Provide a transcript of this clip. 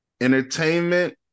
entertainment